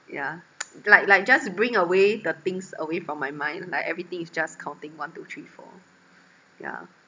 yeah like like just bring away the things away from my mind like everything is just counting one two three four yeah